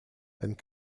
and